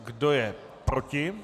Kdo je proti?